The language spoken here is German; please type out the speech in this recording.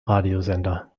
radiosender